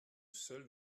seul